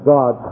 God